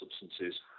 substances